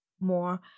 more